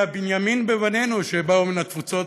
הם הבנימין בבנינו שבאו מן התפוצות,